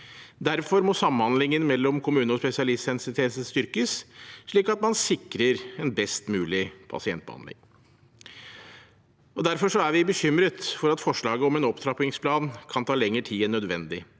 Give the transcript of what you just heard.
Derfor må samhandlingen mellom kommune og spesialisthelsetjeneste styrkes, slik at man sikrer en best mulig pasientbehandling. Derfor er vi bekymret for at forslaget om en opptrappingsplan kan ta lengre tid enn nødvendig,